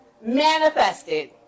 manifested